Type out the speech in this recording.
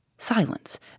Silence